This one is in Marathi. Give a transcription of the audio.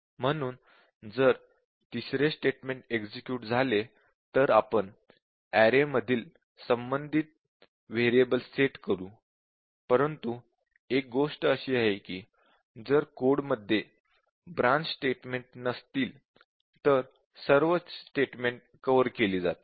म्हणून जर तिसरे स्टेटमेंट एक्झिक्युट झाले तर आपण एरेमध्ये संबंधित व्हेरिएबल सेट करू परंतु एक गोष्ट अशी आहे की जर कोड मध्ये ब्रांच स्टेटमेंट नसतील तर सर्व स्टेटमेंट्स कव्हर केली जातील